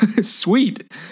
Sweet